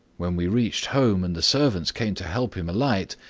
when we reached home and the servants came to help him alight,